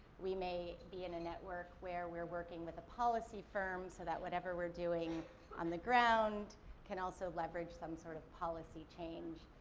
we may be in a network where we're working with a policy firm so that whatever we're doing on the ground can also leverage some sort of policy change,